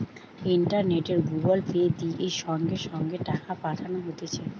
ইন্টারনেটে Google Pay, দিয়ে সঙ্গে সঙ্গে টাকা পাঠানো হতিছে